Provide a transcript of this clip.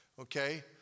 okay